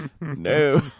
No